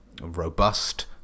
robust